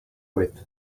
with